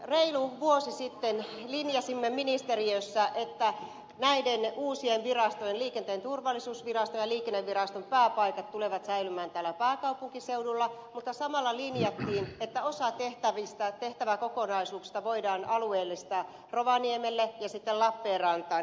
reilu vuosi sitten linjasimme ministeriössä että näiden uusien virastojen liikenteen turvallisuusviraston ja liikenneviraston pääpaikat tulevat säilymään täällä pääkaupunkiseudulla mutta samalla linjattiin että osa tehtävistä tehtäväkokonaisuuksista voidaan alueellistaa rovaniemelle ja lappeenrantaan